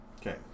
Okay